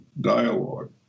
dialogue